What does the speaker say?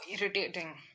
irritating